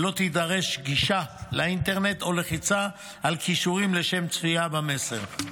ולא תידרש גישה לאינטרנט או לחיצה על קישורים לשם צפייה במסר.